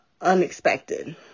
unexpected